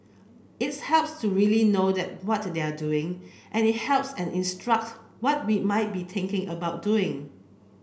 it's helps to really know what they're doing and it helps and instruct what we might be thinking about doing